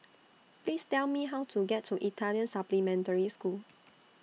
Please Tell Me How to get to Italian Supplementary School